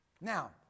Now